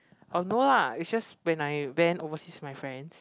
oh no lah is just when I went overseas with my friends